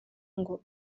ngo